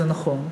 וזה נכון.